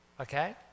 okay